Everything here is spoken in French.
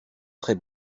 très